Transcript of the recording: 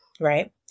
right